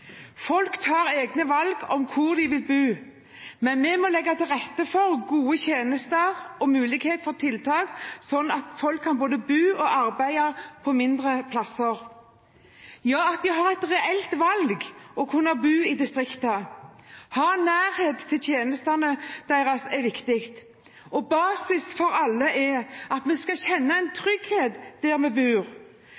Folk tar egne valg om hvor de vil bo. Men vi må legge til rette for gode tjenester og mulighet for tiltak, sånn at folk kan både bo og arbeide på mindre plasser – ja, at de har et reelt valg om å kunne bo i distriktene. Å ha nærhet til tjenestene er viktig. Basis for alle er at vi skal kjenne trygghet der vi bor,